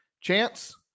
Chance